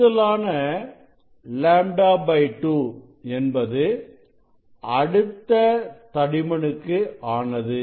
கூடுதலான λ2 என்பது அடுத்த தடிமனுக்கு ஆனது